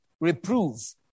Reprove